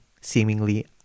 seemingly